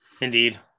Indeed